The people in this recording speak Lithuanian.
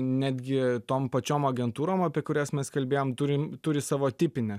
netgi tom pačiom agentūrom apie kurias mes kalbėjom turim turi savo tipinę